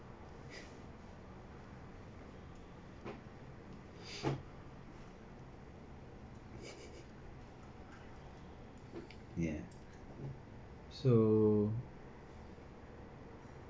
ya so